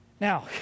Now